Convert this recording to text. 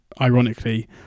ironically